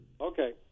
Okay